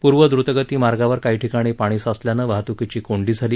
पूर्वद्रूतगती मार्गावर काही ठिकाणी पाणी साचल्यानं वाहतुकीची कोंडी झाली